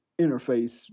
interface